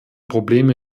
probleme